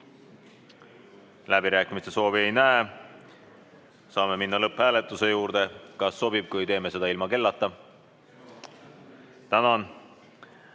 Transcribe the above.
Läbirääkimiste soovi ei näe, saame minna lõpphääletuse juurde. Kas sobib, kui teeme seda ilma kellata? Tänan! Hea